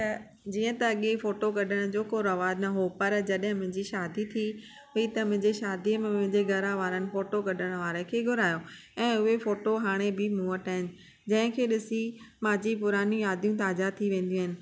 जीअं त अॻे फ़ोटो कढण जो को रवाजु न हुओ पर जॾहिं मुंहिंजी शादी थी हुई त मुंहिंजी शादीअ में मुंहिंजे घर वारनि फ़ोटू कढण वारे खे घुरायो ऐं उहे फ़ोटो हाणे बि मूं वटि आहिनि जंहिंखे ॾिसी मुंहिंजी पुरानी यादियूं ताज़ा थी वेंदियूं आहिनि